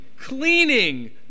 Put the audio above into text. cleaning